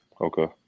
Okay